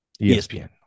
ESPN